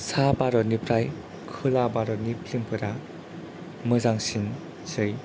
सा भारतनिफ्राय खोला भारतनि फिल्म फोरा मोजांसिनसै